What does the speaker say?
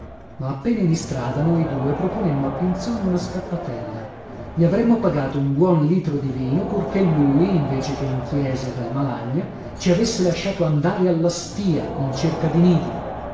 ma appena in istrada noi due proponemmo a pinzone una scappatella gli avremmo pagato un buon litro di vino purché lui invece che in chiesa e dal malagna ci avesse lasciato andare alla stìa in cerca di nidi